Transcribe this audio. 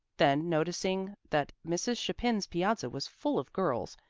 then, noticing that mrs. chapin's piazza was full of girls,